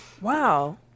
Wow